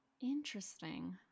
interesting